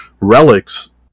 relics